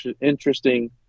interesting